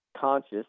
conscious